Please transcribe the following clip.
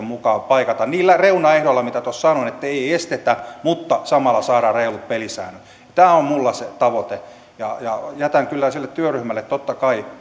mukaan paikata niillä reunaehdoilla mitä tuossa sanoin että ei estetä mutta samalla saadaan reilut pelisäännöt tämä on minulla se tavoite jätän kyllä työryhmälle totta kai